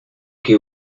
que